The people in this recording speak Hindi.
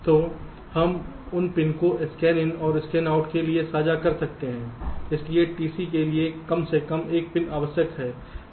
तो हम उन पिन को Scanin और Scanout के लिए साझा कर सकते हैं लेकिन TC के लिए कम से कम एक पिन आवश्यक है